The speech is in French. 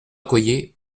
accoyer